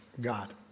God